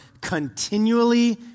continually